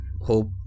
hope